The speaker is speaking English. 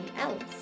else